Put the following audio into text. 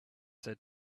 said